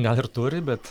gal ir turi bet